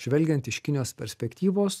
žvelgiant iš kinijos perspektyvos